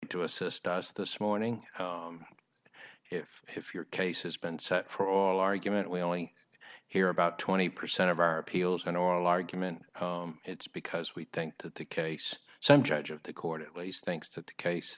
to assist us this morning if if your case has been set for all argument we only hear about twenty percent of our appeals and oral argument it's because we think that the case some judge of the court at least thinks that the case